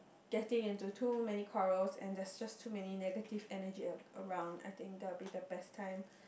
getting into too many quarrels and there's just too many negative energy a~ around I think that would be the best time